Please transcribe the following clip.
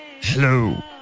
Hello